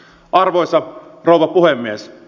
arvoisa rouva puhemies